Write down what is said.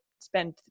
Spend